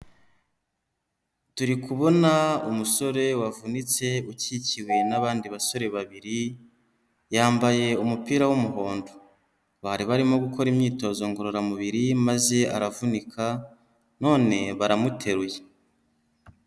Turi kubona umusore wavunitse ukikiwe n'abandi basore babiri, yambaye umupira w'umuhondo, bari barimo gukora imyitozo ngororamubiri maze aravunika none baramuteruye.